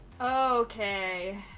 Okay